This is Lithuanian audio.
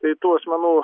tai tų asmenų